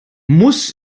muss